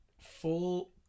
full